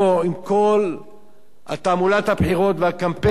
עם כל תעמולת הבחירות והקמפיין,